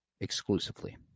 exclusively